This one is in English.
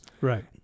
Right